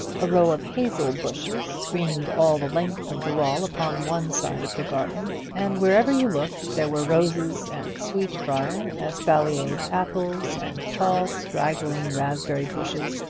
a row of hazel-bushes screened all the length of the wall upon one side of the garden and wherever you looked, there were roses and sweet-brier espaliered apples, and tall straggling raspberry-bushes,